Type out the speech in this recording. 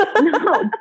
no